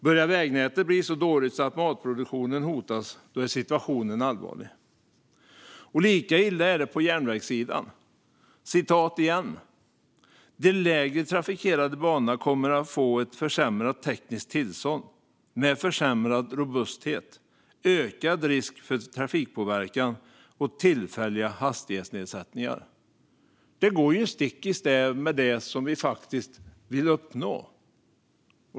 Om vägnätet börjar bli så dåligt att matproduktionen hotas är situationen allvarlig. Lika illa är det på järnvägssidan. Låt mig än en gång citera ur texten: "De lägre trafikerade banorna kommer att få ett försämrat tekniskt tillstånd, med försämrad robusthet, ökad risk för trafikpåverkan och tillfälliga hastighetsnedsättningar." Det här går stick i stäv med det vi vill uppnå.